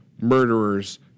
murderers